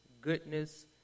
goodness